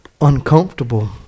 Uncomfortable